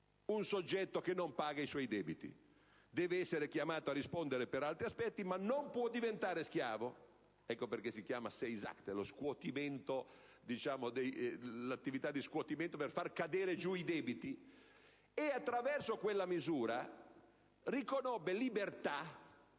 un soggetto che non paga i suoi debiti; deve essere chiamato a rispondere per altri aspetti, ma non può diventare schiavo (ecco perché si chiama *seisachtheia*, l'attività di scuotimento per far cadere giù i debiti). Attraverso quella misura riconobbe libertà